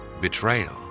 betrayal